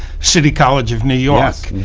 city college of new york.